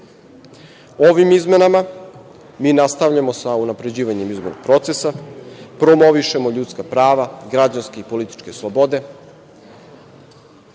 izmenama mi nastavljamo sa uređivanjem izbornog procesa, promovišemo ljudska prava, građanske i političke slobode,